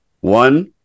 one